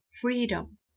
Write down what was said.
freedom